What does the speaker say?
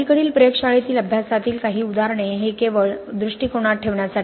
अलीकडील प्रयोगशाळेतील अभ्यासातील काही उदाहरणे हे केवळ दृष्टीकोनात ठेवण्यासाठी